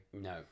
No